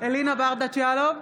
אלינה ברדץ' יאלוב,